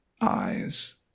eyes